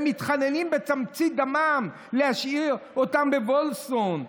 והם מתחננים בתמצית דמם להשאיר אותם בוולפסון.